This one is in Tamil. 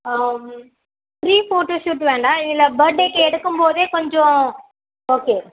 ஆ ப்ரீ ஃபோட்டோஷூட் வேண்டாம் இதில் பர்த்டேக்கு எடுக்கும்போதே கொஞ்சம் ஓகே